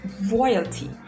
royalty